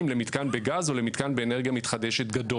למתקן בגז או למתקן גדול באנרגיה מתחדשת.